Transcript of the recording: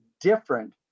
different